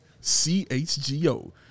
C-H-G-O